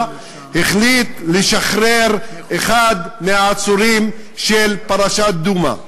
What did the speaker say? החליט לשחרר אחד מהעצורים של פרשת דומא,